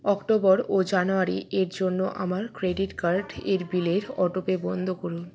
October ও জানুয়ারি এর জন্য আমার ক্রেডিট কার্ড এর বিলের অটো পে বন্ধ করুন